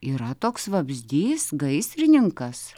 yra toks vabzdys gaisrininkas